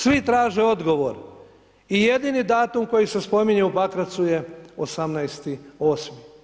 Svi traže odgovor i jedini datum koji se spominje u Pakracu je 18.8.